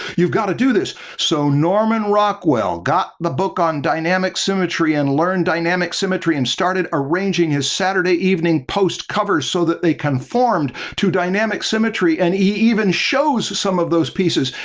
you've got to do this. so, norman rockwell got the book on dynamic symmetry and learned dynamic symmetry and started arranging his saturday evening post covers so that they conformed to dynamic symmetry and he even shows some of those pieces,